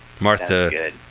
Martha